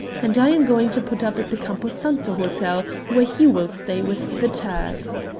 and i am going to put up at the campo santo hotel, where he will stay with the turks.